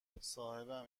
صاحبم